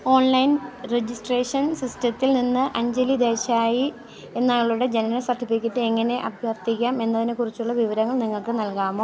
online registration സിസ്റ്റത്തിൽ നിന്ന് അഞ്ജലി ദേശായി എന്നയാളുടെ ജനന സർട്ടിഫിക്കറ്റ് എങ്ങനെ അഭ്യർത്ഥിക്കാം എന്നതിനെക്കുറിച്ചുള്ള വിവരങ്ങൾ നിങ്ങൾക്ക് നൽകാമോ